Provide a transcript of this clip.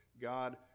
God